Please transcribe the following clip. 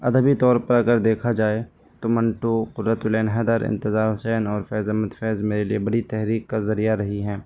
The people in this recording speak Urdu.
ادبی طور پر اگر دیکھا جائے تو منٹو قرۃ العین حیدر انتظار حسین اور فیض احمد فیض میرے لیے بڑی تحریک کا ذریعہ رہی ہیں